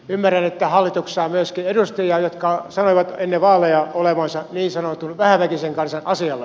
ymmärrän että hallituksessa on myöskin edustajia jotka sanoivat ennen vaaleja olevansa niin sanotun vähäväkisen kansan asialla